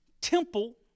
temple